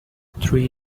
three